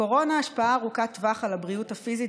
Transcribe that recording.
לקורונה השפעה ארוכת טווח על הבריאות הפיזית